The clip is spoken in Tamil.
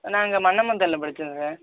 நான் இங்கே மண்ணமந்தலில் படித்தேன் சார்